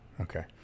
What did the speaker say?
Okay